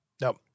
Nope